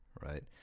right